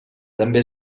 també